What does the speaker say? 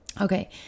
Okay